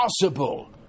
possible